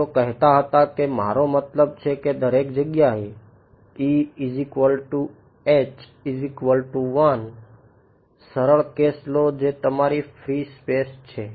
તેઓ કહેતા હતા કે મારો મતલબ છે કે દરેક જગ્યાએ સરળ કેસ લો જે તમારી ફ્રી સ્પેસ છે